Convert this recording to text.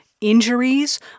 injuries